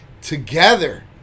together